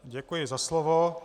Děkuji za slovo.